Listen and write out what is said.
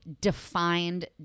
defined